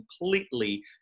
completely